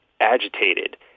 agitated